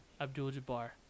Abdul-Jabbar